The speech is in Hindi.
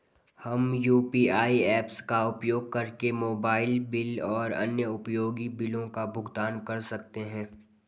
हम यू.पी.आई ऐप्स का उपयोग करके मोबाइल बिल और अन्य उपयोगी बिलों का भुगतान कर सकते हैं